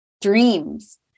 dreams